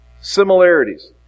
similarities